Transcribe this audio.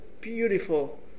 beautiful